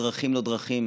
בדרכים-לא-דרכים,